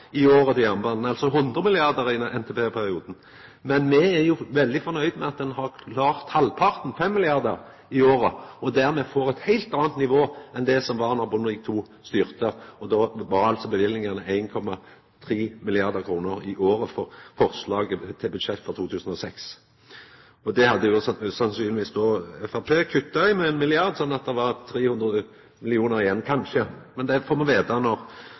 i året til jernbanen, altså 100 mrd. i NTP-perioden. Men me er jo veldig nøgde med at ein har klart halvparten – 5 mrd. kr i året – og dermed får ein eit heilt anna nivå enn det som var då Bondevik II styrte. Då var altså løyvingane 1,3 mrd. kr i året i forslaget til budsjett for 2006. Og det hadde sannsynlegvis då Framstegspartiet kutta i med 1 mrd. kr, sånn at det kanskje var 300 mill. kr igjen. Men det får me vita når